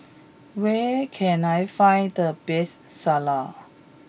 where can I find the best Salad